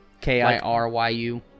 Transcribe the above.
K-I-R-Y-U